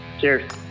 Cheers